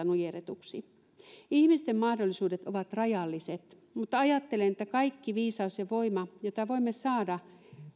nujerretuksi ihmisten mahdollisuudet ovat rajalliset mutta ajattelen että kaikki viisaus ja voima jota voimme saada